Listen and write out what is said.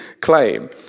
claim